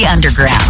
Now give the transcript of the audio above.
underground